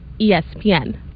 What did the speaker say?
ESPN